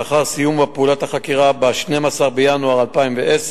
לאחר סיום פעולת החקירה ב-12 בינואר 2010,